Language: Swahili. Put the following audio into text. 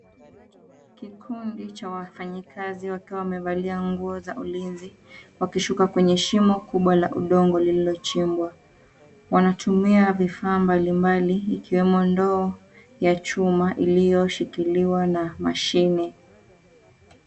Kikundi cha wafanyakazi wakiwa wamevalia nguo za ulinzi wakishuka kwenye shimo kubwa la udongo lililochimbwa. Wanatumia vifaa mbalimbali ikiwemo ndoo ya chuma iliyoshikiliwa na mashini.